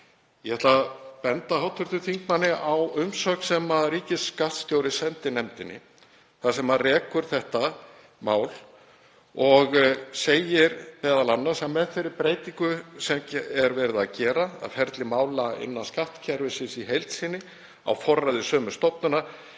Ég ætla að benda hv. þingmanni á umsögn sem ríkisskattstjóri sendi nefndinni, þar sem hann rekur þetta mál og segir m.a. að með þeirri breytingu sem hér er verið að gera, að ferli mála innan skattkerfisins í heild sinni sé á forræði sömu stofnunar,